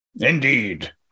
Indeed